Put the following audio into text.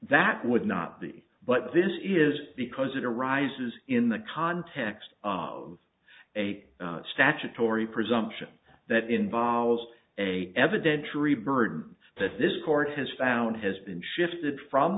that would not be but this is because it arises in the context of a statutory presumption that involves a evidentiary burden that this court has found has been shifted from